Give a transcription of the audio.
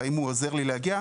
והאם הוא עוזר לי להגיע.